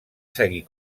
seguir